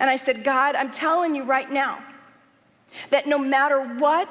and i said god, i'm telling you right now that no matter what